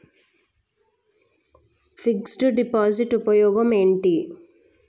Fix డ్ deposit ఉపయోగం ఏంటి?